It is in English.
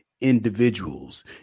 individuals